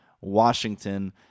Washington